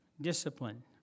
discipline